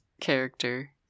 character